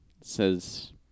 says